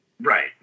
Right